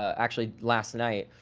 actually last night,